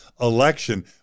election